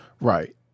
Right